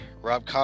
Rob